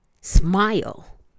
Smile